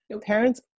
Parents